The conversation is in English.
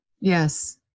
Yes